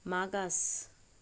मागास